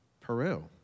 Peru